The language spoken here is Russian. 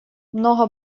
много